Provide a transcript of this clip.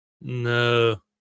No